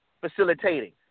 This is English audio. facilitating